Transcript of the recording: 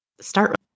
start